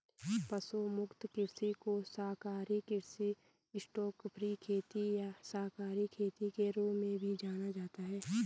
पशु मुक्त कृषि को शाकाहारी कृषि स्टॉकफ्री खेती या शाकाहारी खेती के रूप में भी जाना जाता है